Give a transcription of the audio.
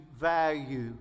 value